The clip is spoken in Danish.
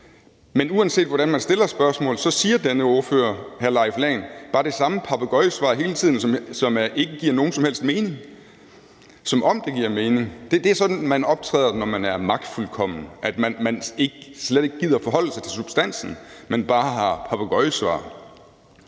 Men uanset hvordan man stiller spørgsmålet, giver denne ordfører, hr. Leif Lahn Jensen, bare det samme papegøjesvar hele tiden, som ikke giver nogen som helst mening, som om det giver mening. Det er sådan, man optræder, når man er magtfuldkommen: at man slet ikke gider at forholde sig til substansen, men bare har papegøjesvar.